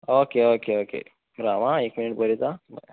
okay okay okay रांव आ एक मिनीट बरयतां